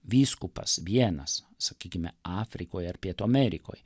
vyskupas vienas sakykime afrikoj ar pietų amerikoj